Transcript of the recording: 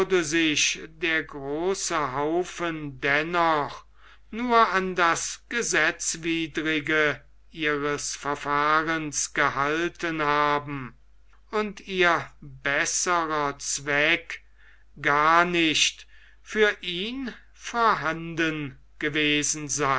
sich der große haufen dennoch nur an das gesetzwidrige ihres verfahrens gehalten haben und ihr besserer zweck gar nicht für ihn vorhanden gewesen